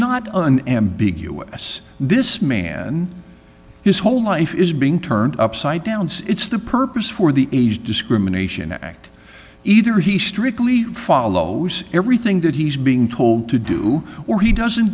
not an ambiguous this man his whole life is being turned upside down it's the purpose for the age discrimination act either he strictly follow everything that he's being told to do or he doesn't